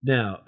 Now